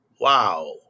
Wow